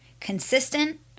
consistent